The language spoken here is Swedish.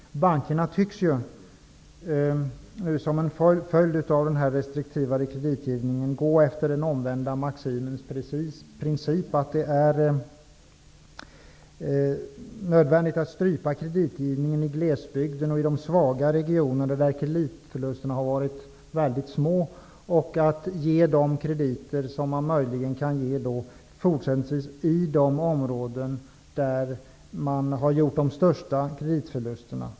Bankerna tycks ju, som en följd av den restriktivare kreditgivningen, gå efter den omvända maximens princip, dvs. att det är nödvändigt att strypa kreditgivningen i glesbygden och i de svaga regionerna, där kreditförlusterna har varit väldigt små, och att fortsättningsvis ge krediter i de områden där man har gjort de största kreditförlusterna.